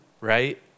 right